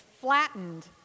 flattened